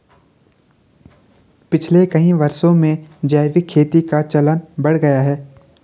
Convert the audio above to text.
पिछले कई वर्षों में जैविक खेती का चलन बढ़ गया है